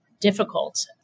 difficult